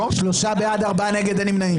שלושה בעד, ארבעה נגד, אין נמנעים.